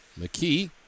McKee